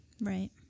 Right